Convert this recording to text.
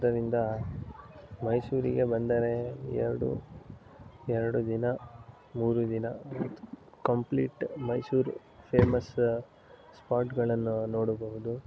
ಆದ್ದರಿಂದ ಮೈಸೂರಿಗೆ ಬಂದರೆ ಎರಡು ಎರಡು ದಿನ ಮೂರು ದಿನ ಕಂಪ್ಲೀಟ್ ಮೈಸೂರು ಫೇಮಸ ಸ್ಪಾಟ್ಗಳನ್ನು ನೋಡಬಹುದು